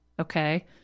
okay